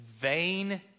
vain